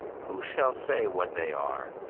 who shall say what they are,